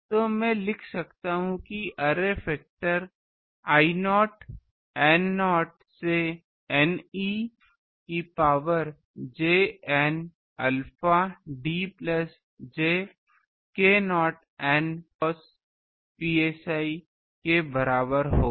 तो मैं लिख सकता हूं कि अरे फैक्टर I0 n 0 से N e की power j n alpha d plus j k0 n d cos psi के बराबर होगा